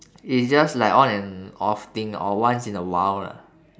it's just like on and off thing or once in a while lah